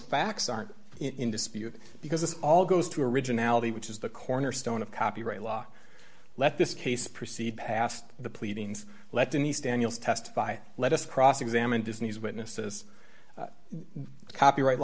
facts aren't in dispute because this all goes to originality which is the cornerstone of copyright law let this case proceed past the pleadings let denise daniels testify let us cross examine disney's witnesses copyright